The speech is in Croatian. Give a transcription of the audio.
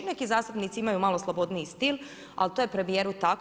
Neki zastupnici imaju malo slobodniji stil, ali to je premijeru tako.